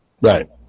Right